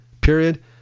period